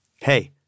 Hey